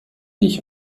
ich